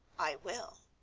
i will,